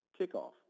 kickoff